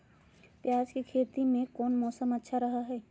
प्याज के खेती में कौन मौसम अच्छा रहा हय?